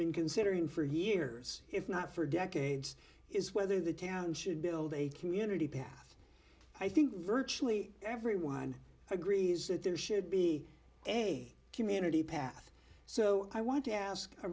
been considering for years if not for decades is whether the town should build a community path i think virtually everyone agrees that there should be a community path so i want to ask a